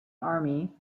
army